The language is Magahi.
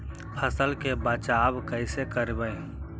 फसल के बचाब कैसे करबय?